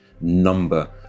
number